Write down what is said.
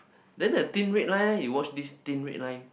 then the Thin Red Line eh you watch this Thin Red Line